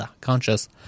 conscious